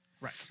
Right